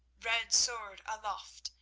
red sword aloft,